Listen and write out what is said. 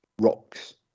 rocks